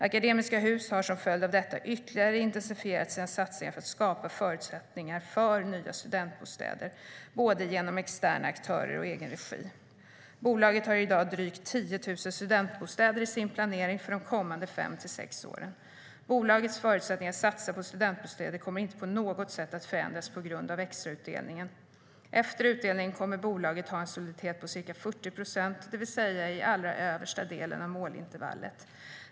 Akademiska Hus har som en följd av detta ytterligare intensifierat sina satsningar för att skapa förutsättningar för nya studentbostäder, både genom externa aktörer och i egen regi. Bolaget har i dag drygt 10 000 studentbostäder i sin planering för de kommande fem till sex åren. Bolagets förutsättningar att satsa på studentbostäder kommer inte på något sätt att förändras på grund av extrautdelningen. Efter utdelningen kommer bolaget att ha en soliditet på ca 40 procent, det vill säga i allra översta delen av målintervallet.